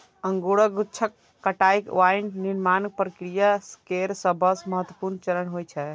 अंगूरक गुच्छाक कटाइ वाइन निर्माण प्रक्रिया केर सबसं महत्वपूर्ण चरण होइ छै